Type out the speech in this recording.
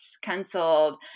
cancelled